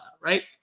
right